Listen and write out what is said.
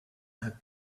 had